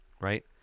right